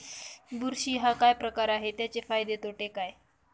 बुरशी हा काय प्रकार आहे, त्याचे फायदे तोटे काय?